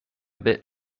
bit